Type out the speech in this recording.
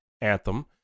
anthem